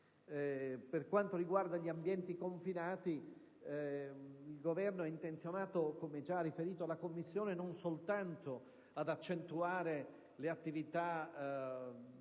Per quanto riguarda invece gli ambienti confinati, il Governo è intenzionato, come già riferito alla Commissione, non soltanto ad accentuare le attività di